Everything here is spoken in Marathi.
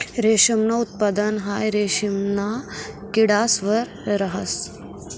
रेशमनं उत्पादन हाई रेशिमना किडास वर रहास